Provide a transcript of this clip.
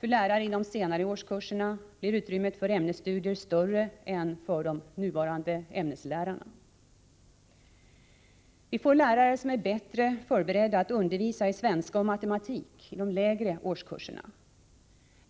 För lärare i de senare årskurserna blir utrymmet för ämnesstudier större än för de nuvarande ämneslärarna. Vi får lärare som är bättre förberedda att undervisa i svenska och matematik i de lägre årskurserna.